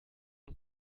und